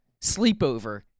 sleepover